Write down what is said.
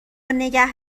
نگه